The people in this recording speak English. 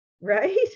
right